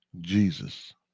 Jesus